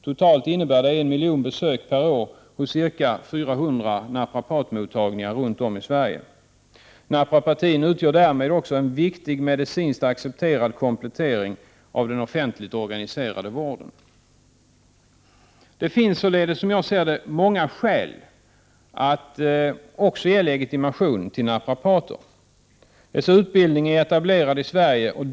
Totalt innebär det en miljon besök per år hos ca 400 naprapatmottagningar runt om i Sverige. Naprapatin utgör en viktig, medicinskt accepterad komplettering av den offentligt organiserade vården. Det finns således många skäl att ge legitimation också till naprapater. Naprapatutbildningen är etablerad i Sverige.